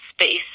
space